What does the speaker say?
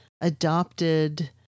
adopted